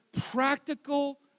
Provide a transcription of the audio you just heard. practical